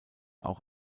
auch